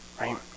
right